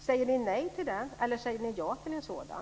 Säger ni nej till den, eller säger ni ja till en sådan?